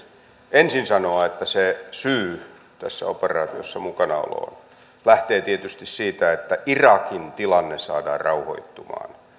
ensin sanoa että se syy tässä operaatiossa mukanaoloon lähtee tietysti siitä että irakin tilanne saadaan rauhoittumaan